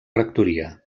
rectoria